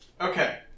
Okay